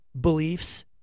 beliefs